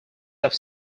have